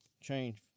change